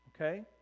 okay